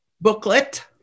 Booklet